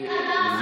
יש חיי אדם.